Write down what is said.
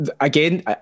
Again